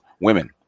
women